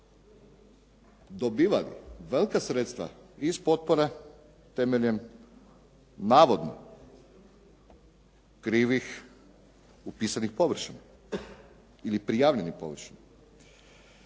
dobivali velika sredstva iz potpora temeljem navodno krivih upisanih površina ili prijavljenih površina.